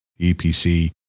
EPC